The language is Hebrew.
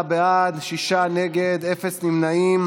נגיף הקורונה החדש)